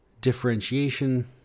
Differentiation